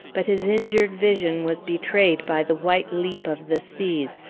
but his injured vision was betrayed by the white leap of the seas,